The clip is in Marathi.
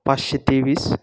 पाचशे तेवीस